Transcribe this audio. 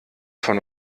von